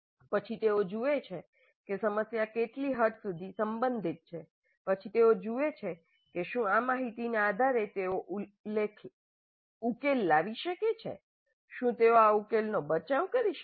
પછી તેઓ જુએ છે કે તે સમસ્યા સુધી કેટલી હદ સુધી સંબંધિત છે પછી તેઓ જુએ છે કે શું આ માહિતીના આધારે તેઓ ઉકેલ લાવી શકે છે શું તેઓ ઉકેલનો બચાવ કરી શકે છે